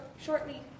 shortly